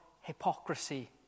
hypocrisy